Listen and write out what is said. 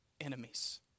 enemies